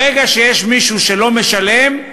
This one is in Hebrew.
ברגע שיש מישהו שלא משלם,